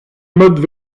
modes